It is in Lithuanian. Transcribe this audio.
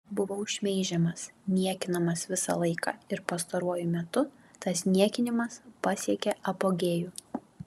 buvau šmeižiamas niekinamas visą laiką ir pastaruoju metu tas niekinimas pasiekė apogėjų